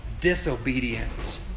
disobedience